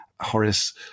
Horace